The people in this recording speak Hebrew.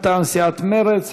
מטעם סיעת מרצ,